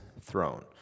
throne